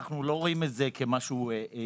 אנחנו לא רואים את זה כמשהו עקרוני.